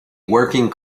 working